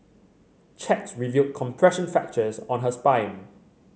checks revealed compression fractures on her spine